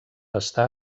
està